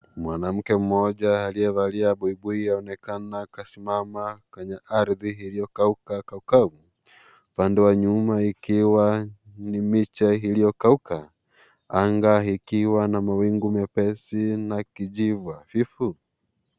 Mwanamke mmoja aliyevalia buibui anaonekana akasimama kwenye ardhi iliyokauka kau kau. Upande wa nyuma ikiwa ni miche iliyokauka, anga ikiwa na mawingu mepesi na kijiva hafifu.